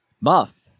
Muff